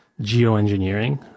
geoengineering